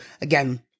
again